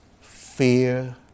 fear